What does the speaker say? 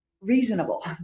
reasonable